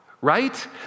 right